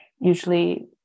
Usually